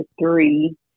three